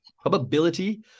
probability